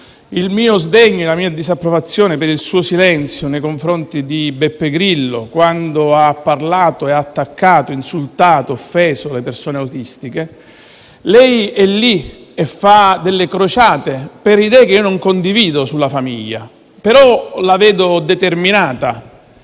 il mio sdegno e la mia disapprovazione per il suo silenzio nei confronti di Beppe Grillo quando ha attaccato, insultato, offeso le persone autistiche. Lei è lì e fa delle crociate per idee che non condivido sulla famiglia, però la vedo determinato.